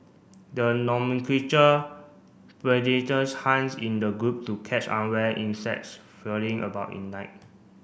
the predators hunts in the group to catch unaware insects filling about in night